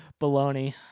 baloney